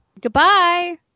goodbye